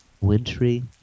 wintry